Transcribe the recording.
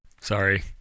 sorry